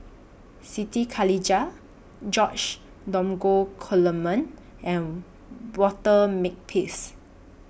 Siti Khalijah George Dromgold Coleman and Walter Makepeace